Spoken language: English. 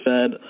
Fed